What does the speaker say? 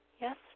yes